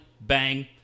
Bang